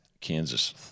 Kansas